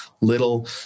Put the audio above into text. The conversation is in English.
little